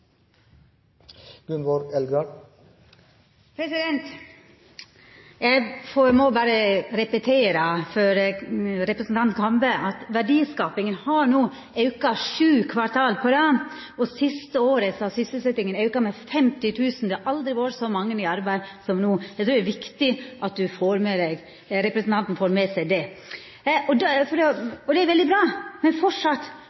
til replikkordskiftet. Eg må berre repetera for representanten Kambe at verdiskapinga no har auka sju kvartal på rad, og siste året har sysselsetjinga auka med 50 000. Det har aldri vore så mange i arbeid som no. Det er viktig at representanten får med seg det. Det er veldig bra, men me må framleis ha ein aktiv næringspolitikk for å